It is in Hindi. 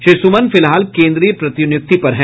श्री सुमन फिलहाल केन्द्रीय प्रतिनियुक्ति पर हैं